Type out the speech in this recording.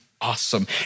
Awesome